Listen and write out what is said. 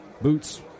boots